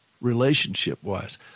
relationship-wise